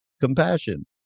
Compassion